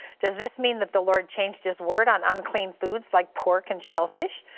does this mean that the lord changed his word on unclean foods like pork and shellfish.